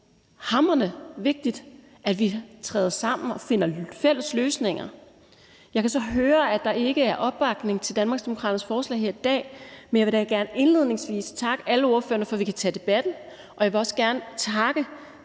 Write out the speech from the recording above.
er det hamrende vigtigt, at vi træder sammen og finder fælles løsninger. Jeg kan så høre, at der ikke er opbakning til Danmarksdemokraternes forslag her i dag, men jeg vil da indledningsvis gerne takke alle ordførerne for, at vi kan tage debatten, og jeg vil også gerne takke